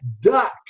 duck